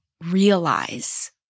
realize